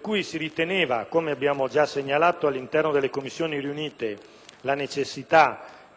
quindi, come abbiamo già segnalato all'interno delle Commissioni riunite,